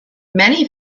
many